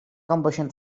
combustion